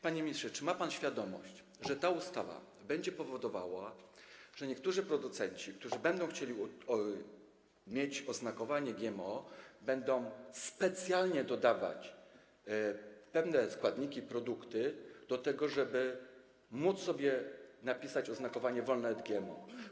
Panie ministrze, czy ma pan świadomość, że ta ustawa będzie powodowała, że niektórzy producenci, którzy będą chcieli mieć oznakowanie z GMO, będą specjalnie dodawać pewne składniki, produkty do tego, żeby móc sobie napisać „wolne od GMO”